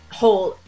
whole